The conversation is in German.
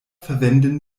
verwenden